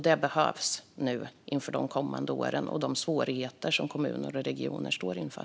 Det behövs inför de kommande åren och de svårigheter som kommuner och regioner står inför.